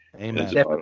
Amen